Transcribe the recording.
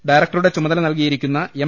ഡയറക്ടറുടെ ചുമതല നൽകിയിരിക്കുന്ന എം